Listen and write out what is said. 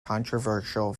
controversial